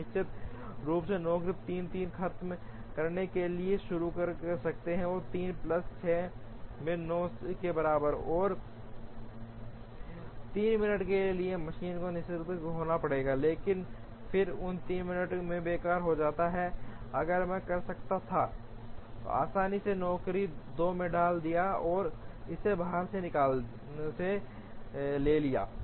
तो निश्चित रूप से नौकरी 3 3 खत्म करने के लिए शुरू कर सकते हैं 3 प्लस 6 में 9 के बराबर और 3 मिनट के लिए मशीन को निष्क्रिय होना पड़ता है लेकिन फिर उन 3 मिनटों में बेकार हो जाता है अगर मैं कर सकता था आसानी से नौकरी 2 में डाल दिया है और इसे बाहर ले लिया है